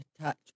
touch